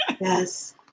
Yes